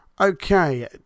Okay